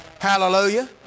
Hallelujah